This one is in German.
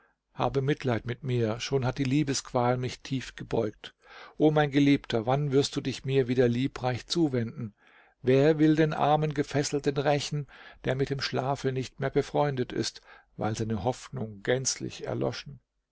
habe mitleid mit mir schon hat die liebesqual mich tief gebeugt o mein geliebter wann wirst du dich mir wieder liebreich zuwenden wer will den armen gefesselten rächen der mit dem schlafe nicht mehr befreundet ist weil seine hoffnung gänzlich erloschen